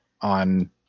on